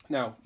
Now